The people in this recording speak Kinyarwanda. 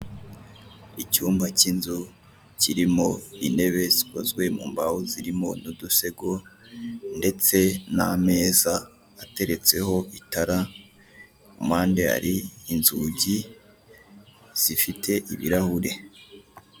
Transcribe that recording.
Icyumba cyinzu kirimo intebe zikozwe mumbaho zirimo nudusego ndetse nameza ateretseho itara kumpande hari inzugi zifite ibirahure.